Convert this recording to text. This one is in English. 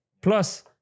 Plus